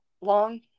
Long